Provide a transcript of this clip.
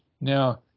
now